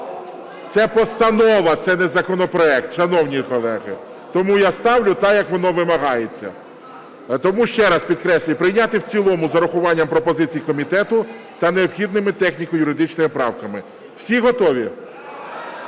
Це постанова, це не законопроект, шановні колеги. Тому я ставлю так, як воно вимагається. Тому, ще раз підкреслюю: прийняти в цілому з урахуванням пропозицій комітету та необхідними техніко-юридичними правками. Всі готові?